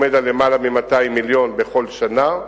על למעלה מ-200 מיליון בכל שנה,